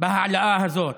בהעלאה הזאת,